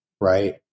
right